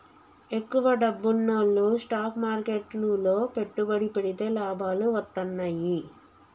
ఎక్కువ డబ్బున్నోల్లు స్టాక్ మార్కెట్లు లో పెట్టుబడి పెడితే లాభాలు వత్తన్నయ్యి